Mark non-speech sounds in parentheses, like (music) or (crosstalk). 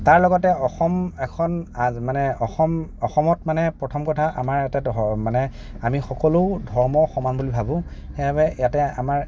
তাৰ লগতে অসম এখন মানে অসম অসমত মানে প্ৰথম কথা আমাৰ এটা (unintelligible) মানে আমি সকলো ধৰ্ম সমান বুলি ভাৱো সেয়ে আমি ইয়াতে আমাৰ